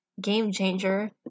game-changer